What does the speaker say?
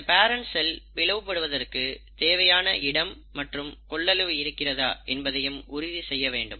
இந்த parent cell பிளவுபடுவதற்கு தேவையான இடம் மற்றும் கொள்ளளவு இருக்கிறதா என்பதையும் உறுதி செய்ய வேண்டும்